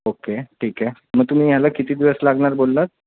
okay ठीक आहे मग तुम्ही ह्याला किती दिवस लागणार बोललात